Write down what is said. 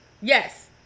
Yes